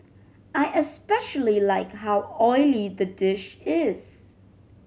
I especially like how oily the dish is